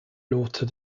låter